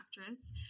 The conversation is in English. actress